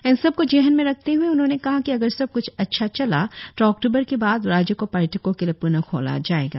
इन सबको जेहन में रखते हए उन्होंने कहा की अगर सब क्छ अच्छा चला तो अक्ट्बर के बाद राज्य को पर्यटको के लिए प्ण खोला जाएगा